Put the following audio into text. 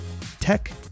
tech